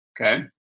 Okay